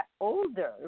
older